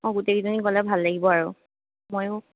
অঁ গোটেই কেইজনী গ'লে ভাল লাগিব আৰু ময়ো